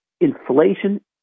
Inflation